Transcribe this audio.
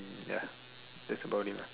ya that's about it